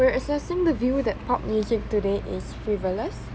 we're assessing the view that pop music today is frivolous